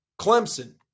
Clemson